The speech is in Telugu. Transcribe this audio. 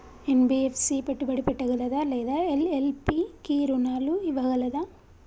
ఎన్.బి.ఎఫ్.సి పెట్టుబడి పెట్టగలదా లేదా ఎల్.ఎల్.పి కి రుణాలు ఇవ్వగలదా?